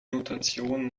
notation